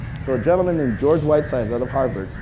so a gentleman named george whitesides out of harvard,